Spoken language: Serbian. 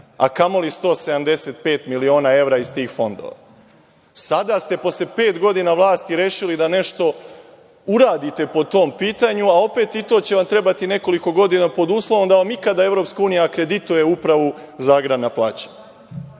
a kamo li 175 miliona evra iz tih fondova. Sada ste posle pet godina vlasti rešili da nešto uradite po tom pitanju, a opet i za to će vam trebati nekoliko godina, pod uslovom da vam ikad EU akredituje Upravu za agrarna